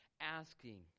asking